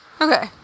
Okay